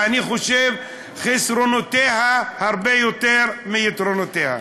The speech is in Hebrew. ואני חושב שחסרונותיה הרבה יותר גדולים מיתרונותיה.